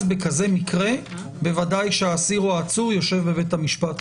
אז בכזה מקרה בוודאי שהאסיר או העצור יושב בבית המשפט.